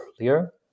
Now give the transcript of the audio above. earlier